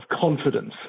confidence